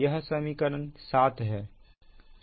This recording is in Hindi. यह समीकरण 7 है